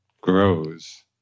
grows